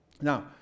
Now